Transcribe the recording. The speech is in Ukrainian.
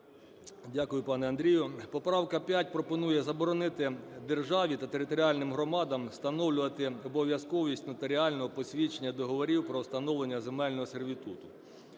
Дякую, пане Андрію. Поправка 5 пропонує заборонити державі та територіальним громадам встановлювати обов'язковість нотаріального посвідчення договорів про встановлення земельного сервітуту.